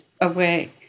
away